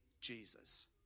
Jesus